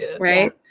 right